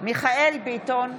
מיכאל מרדכי ביטון,